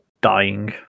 dying